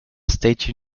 state